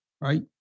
right